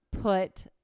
put